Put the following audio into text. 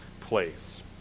place